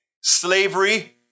slavery